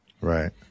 Right